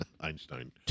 Einstein